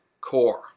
CORE